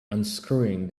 unscrewing